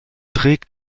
trägt